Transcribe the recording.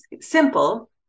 simple